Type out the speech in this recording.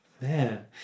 Man